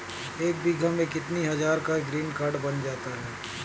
एक बीघा में कितनी हज़ार का ग्रीनकार्ड बन जाता है?